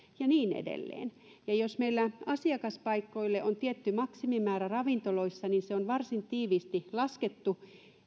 ja niin edelleen ja jos meillä asiakaspaikoille on tietty maksimimäärä ravintoloissa niin se on varsin tiiviisti laskettu